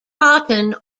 cotton